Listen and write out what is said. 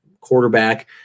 quarterback